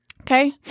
Okay